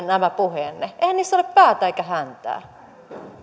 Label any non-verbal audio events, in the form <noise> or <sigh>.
<unintelligible> nämä puheenne eihän niissä ole päätä eikä häntää arvoisa